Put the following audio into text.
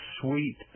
sweet